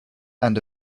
and